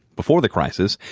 before the crisis,